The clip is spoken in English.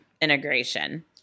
integration